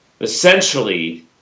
essentially